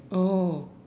oh